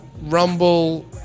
Rumble